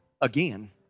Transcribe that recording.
again